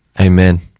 Amen